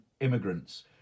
immigrants